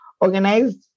Organized